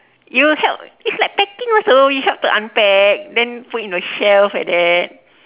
you help it's like packing also you help to unpack then put in a shelf like that